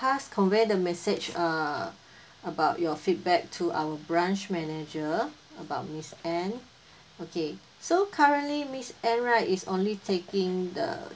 pass convey the message uh about your feedback to our branch manager about miss ann okay so currently miss ann right is only taking the